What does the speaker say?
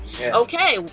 Okay